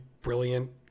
brilliant